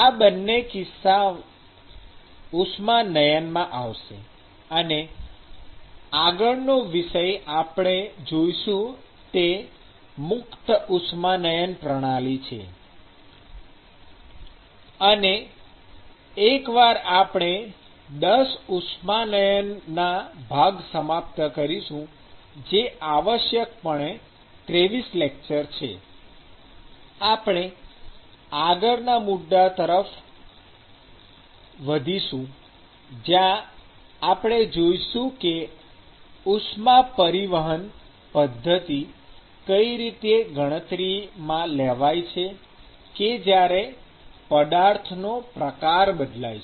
આ બંને કિસ્સા ઉષ્માનયન માં આવશે અને આગળનો વિષય આપણે જોઈશું તે મુક્ત ઉષ્માનયન પ્રણાલી છે અને એકવાર આપણે ૧૦ ઉષ્માનયનના ભાગ સમાપ્ત કરીશું જે આવશ્યકપણે ૨૩ લેક્ચર છે આપણે આગળના મુદ્દા તરફ આગળ વધીશું જ્યાં આપણે જોઇશું કે ઉષ્મા પરિવહન પદ્ધતિ કઈ રીતે ગણતરી માં લેવાય છે કે જ્યારે પદાર્થ નો પ્રકાર બદલાય છે